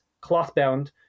cloth-bound